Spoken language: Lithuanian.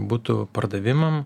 butų pardavimam